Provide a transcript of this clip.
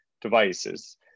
devices